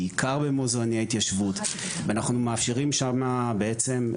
בעיקר במוזיאוני ההתיישבות ואנחנו מאפשרים שמה בעצם,